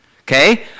Okay